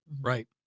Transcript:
right